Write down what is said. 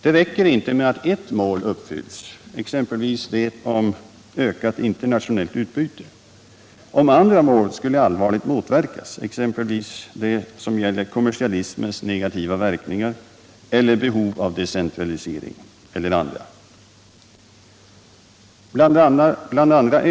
Det räcker inte med att ett mål uppfylls, exempelvis det om ökat internationellt utbyte, om andra mål skulle allvarligt motverkas, exempelvis de som gäller kommersialismens negativa verkningar eller behovet av decentralisering. Bl. a.